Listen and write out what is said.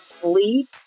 Sleep